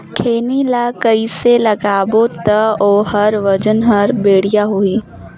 खैनी ला कइसे लगाबो ता ओहार वजन हर बेडिया होही?